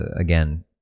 again